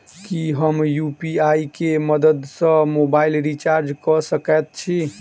की हम यु.पी.आई केँ मदद सँ मोबाइल रीचार्ज कऽ सकैत छी?